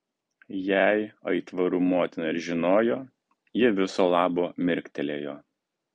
jei aitvarų motina ir žinojo ji viso labo mirktelėjo